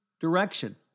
Direction